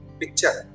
picture